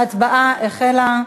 ההצבעה החלה.